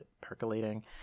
percolating